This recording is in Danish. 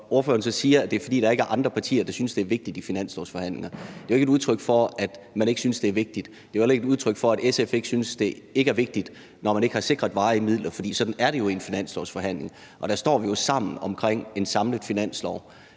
ordføreren så siger, at det er, fordi der ikke er andre partier, der synes, det er vigtigt i finanslovsforhandlingerne. Det er jo ikke et udtryk for, at man ikke synes, det er vigtigt; det er jo heller ikke udtryk for, at SF ikke synes, at det ikke er vigtigt, når man ikke har sikret varige midler, for sådan er det jo i en finanslovsforhandling. Der står vi sammen omkring en samlet finanslov,